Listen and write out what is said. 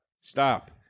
stop